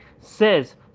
says